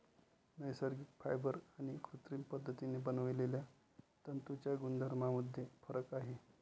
नैसर्गिक फायबर आणि कृत्रिम पद्धतीने बनवलेल्या तंतूंच्या गुणधर्मांमध्ये फरक आहे